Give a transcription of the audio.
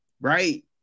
right